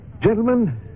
Gentlemen